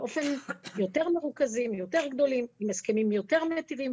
יותר מרוכזים ויותר גדולים ,עם הסכמים יותר מיטיבים,